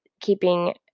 keeping